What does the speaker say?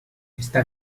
está